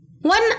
One